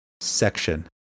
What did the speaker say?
section